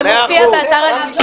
זה מופיע באתר הלשכה.